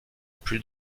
plus